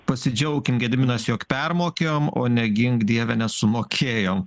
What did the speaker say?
pasidžiaukim gediminas jog permokėjom o ne gink dieve nesumokėjom